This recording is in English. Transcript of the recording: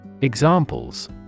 Examples